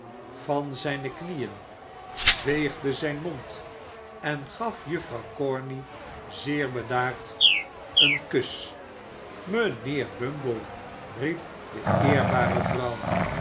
van zijne knieën veegde zich den mond en gaf juffrouw corney zeer bedaard een kus mijnheer bumble riep de eerbare vrouw